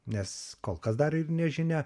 nes kol kas dar ir nežinia